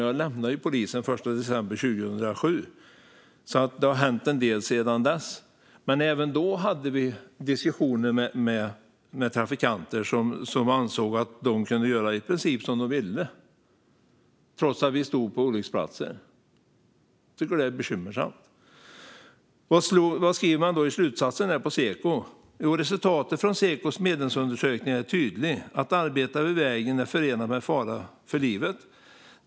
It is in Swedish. Jag lämnade polisen den 1 december 2007, och det har hänt en del sedan dess, men även då hade vi diskussioner med trafikanter som ansåg att de kunde göra i princip som de ville trots att vi stod på olycksplatser. Jag tycker att det är bekymmersamt. I rapportens slutsatser skriver Seko: "Resultatet från Sekos medlemsundersökning är tydligt - att arbeta vid vägen är förenat med fara för livet.